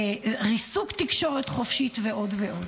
ריסוק תקשורת חופשית ועוד ועוד.